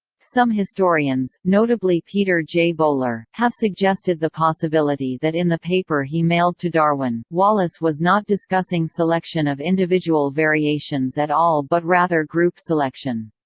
some historians, notably peter j. bowler, have suggested the possibility that in the paper he mailed to darwin, wallace was not discussing selection of individual variations at all but rather group selection.